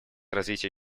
развития